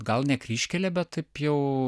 gal ne kryžkelė bet taip jau